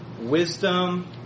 wisdom